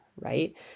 right